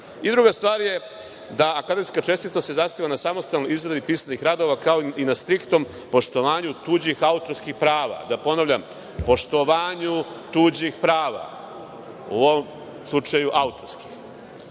nas. Druga stvar je da se akademska čestitost zasniva na samostalnoj izradi pisanih radova, kao i na striktnom poštovanju tuđih autorskih prava. Da ponovim, poštovanju tuđih prava, u ovom slučaju autorskih. Bilo